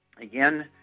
again